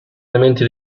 elementi